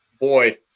boy